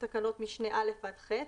משנה (א) עד (ח)